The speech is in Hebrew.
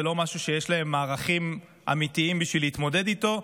זה לא משהו שיש להם מערכים אמיתיים בשביל להתמודד איתו,